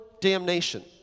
damnation